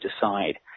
decide